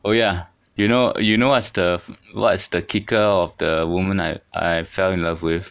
oh ya you know you know what's the what's the kicker of the woman I I fell in love with